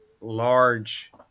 large